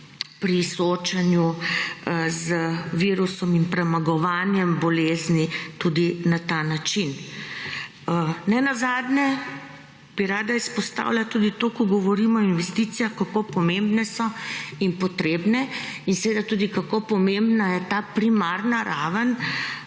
pri soočanju z virusom in premagovanjem bolezni tudi na ta način. Nenazadnje bi rada izpostavila tudi to, ko govorimo o investicijah, kako pomembne so in potrebne in seveda tudi kako pomembna je ta primarna raven